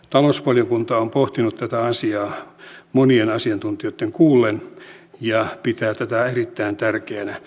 talousvaliokunta on pohtinut tätä asiaa monia asiantuntijoita kuullen ja pitää tätä erittäin tärkeänä